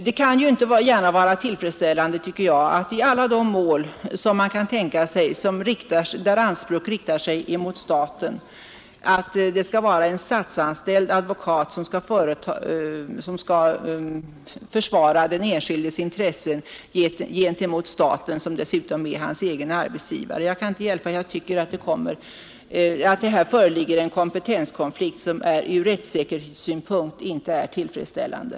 Det kan ju inte gärna vara tillfredsställande, tycker jag, att i alla de mål som man kan tänka sig, där anspråk riktas mot staten, en statsanställd advokat skall försvara den enskildes intressen gentemot staten, som dessutom är hans egen arbetsgivare. Jag tycker att det här föreligger en kompetenskonflikt, som från rättssäkerhetssynpunkt inte är tillfredsställande.